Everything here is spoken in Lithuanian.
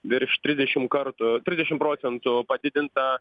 virš trisdešim kartų trisdešim procentų padidinta